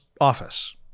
office